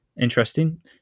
interesting